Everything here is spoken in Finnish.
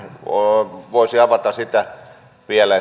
voisi avata sitä vielä